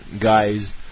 guys